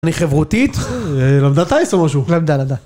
אני חברותית, למדה טייס או משהו? למדה, למדה.